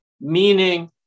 meaning